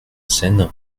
scène